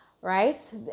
right